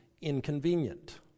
inconvenient